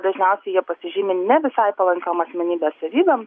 dažniausiai jie pasižymi ne visai palankiom asmenybės savybėm